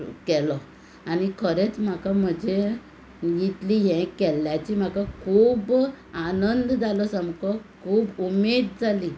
केलो आनी खरेंच म्हाका म्हजे इतली हें केल्ल्याची म्हाका खूब आनंद जालो सामको खूब उमेद जाली